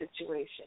situation